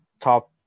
top